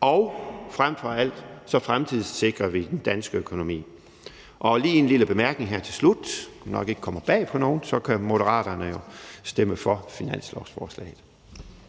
og frem for alt fremtidssikrer vi den danske økonomi. Lige som en lille bemærkning her til slut, som nok ikke kommer bag på nogen, vil jeg sige, at Moderaterne kan stemme for finanslovsforslaget.